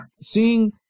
seeing